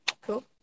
Cool